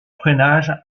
freinage